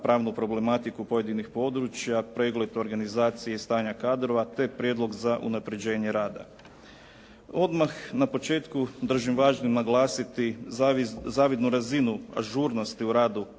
pravnu problematiku pojedinih područja i pregled organizacija i stanja kadrova, te prijedlog za unapređenje rada. Odmah na početku držim važnim naglasiti zavidnu razinu ažurnosti u radu